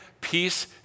peace